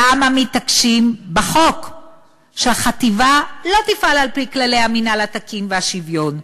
למה מתעקשים בחוק שהחטיבה לא תפעל על-פי כללי המינהל התקין והשוויון?